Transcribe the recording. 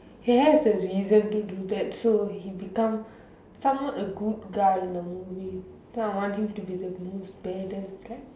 he has the reason to do that so he become somewhat a good guy in the movie but I want him to be the most baddest guy